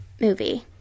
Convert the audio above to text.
movie